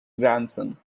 grandson